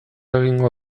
egingo